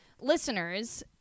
listeners